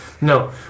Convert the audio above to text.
No